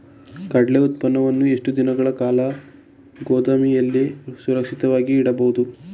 ಕಡ್ಲೆ ಉತ್ಪನ್ನವನ್ನು ಎಷ್ಟು ದಿನಗಳ ಕಾಲ ಗೋದಾಮಿನಲ್ಲಿ ಸುರಕ್ಷಿತವಾಗಿ ಇಡಬಹುದು?